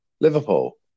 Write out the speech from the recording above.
Liverpool